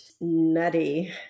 nutty